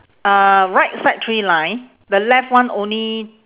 uh right side three line the left one only